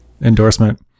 endorsement